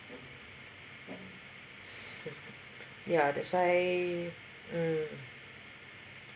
ya that's why mm